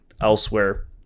elsewhere